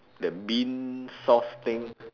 that bean sauce thing